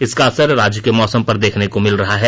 इसका असर राज्य के मौसम पर देखने को मिल रहा है